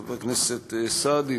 חבר הכנסת סעדי,